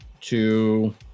Two